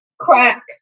Crack